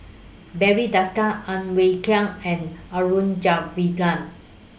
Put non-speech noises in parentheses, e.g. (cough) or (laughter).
Barry Desker Ang Wei (unintelligible) and (unintelligible)